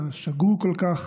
השגור כל כך,